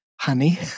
honey